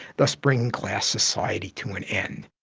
thus bringing class society to an end.